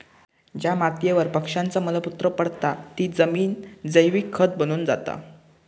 ज्या मातीयेवर पक्ष्यांचा मल मूत्र पडता ती जमिन जैविक खत बनून जाता